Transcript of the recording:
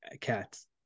cats